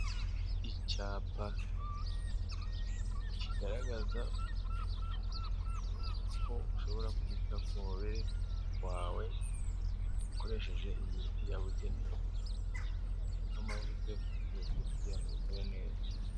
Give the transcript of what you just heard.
Icyapa kigaragaza ko ushobora kwita ku mubiri wawe ukoresheje imiti yabugenewe, nk'amavuta yo kwisiga kugira ngo umere neza.